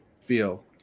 feel